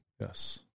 Yes